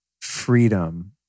freedom